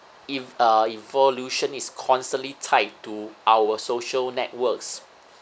if uh evolution is constantly tied to our social networks